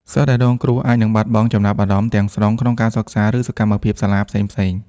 សិស្សដែលរងគ្រោះអាចនឹង បាត់បង់ចំណាប់អារម្មណ៍ ទាំងស្រុងក្នុងការសិក្សា ឬសកម្មភាពសាលាផ្សេងៗ។